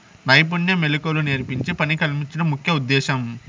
నైపుణ్య మెళకువలు నేర్పించి పని కల్పించడం ముఖ్య ఉద్దేశ్యం